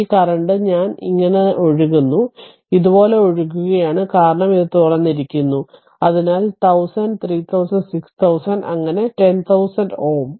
ഈ കറന്റ് ഞാൻ ഇത് ഞാൻ ഇങ്ങനെ ഒഴുകുന്നു ഇതുപോലെ ഒഴുകുകയാണ് കാരണം ഇത് തുറന്നിരിക്കുന്നു അതിനാൽ 1000 3000 6000 അങ്ങനെ 10000 ഓം